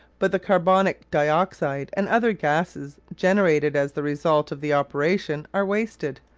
but the carbonic dioxide and other gases generated as the result of the operation are wasted.